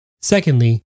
Secondly